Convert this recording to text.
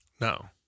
No